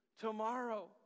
Tomorrow